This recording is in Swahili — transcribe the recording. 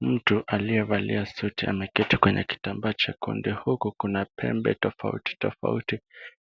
Mtu aliyevalia suti ameketi kwenye kitambaa chekundu ,huko kuna pembe tofauti tofauti.